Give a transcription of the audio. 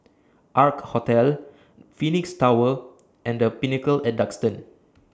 Ark Hotel Phoenix Tower and The Pinnacle At Duxton